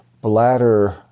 bladder